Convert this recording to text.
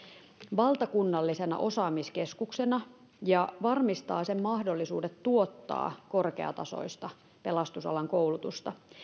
valtakunnallisena osaamiskeskuksena ja varmistaa sen mahdollisuudet tuottaa korkeatasoista pelastusalan koulutusta